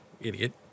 idiot